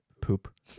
poop